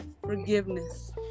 forgiveness